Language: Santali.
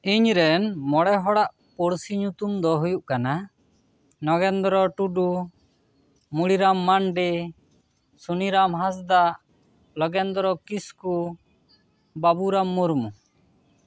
ᱤᱧ ᱨᱮᱱ ᱢᱚᱬᱮ ᱦᱚᱲᱟᱜ ᱯᱩᱲᱥᱤ ᱧᱩᱛᱩᱢ ᱫᱚ ᱦᱩᱭᱩᱜ ᱠᱟᱱᱟ ᱱᱚᱜᱮᱱᱫᱨᱚ ᱴᱩᱰᱩ ᱢᱩᱬᱤᱨᱟᱢ ᱢᱟᱱᱰᱤ ᱥᱩᱱᱤᱨᱟᱢ ᱦᱟᱸᱟᱫᱟᱜ ᱞᱚᱜᱮᱱᱫᱨᱚ ᱠᱤᱥᱠᱩ ᱵᱟᱵᱩᱨᱟᱢ ᱢᱩᱨᱢᱩ